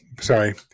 Sorry